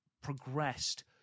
progressed